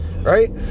right